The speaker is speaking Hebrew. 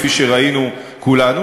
כפי שראינו כולנו,